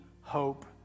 hope